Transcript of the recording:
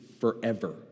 forever